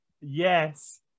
Yes